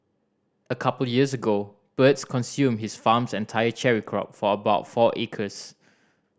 a couple years ago birds consumed his farm's entire cherry crop for about four acres